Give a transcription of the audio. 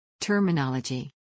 Terminology